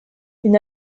une